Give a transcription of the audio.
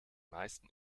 meisten